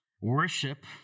worship